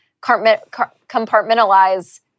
compartmentalize